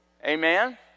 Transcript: Amen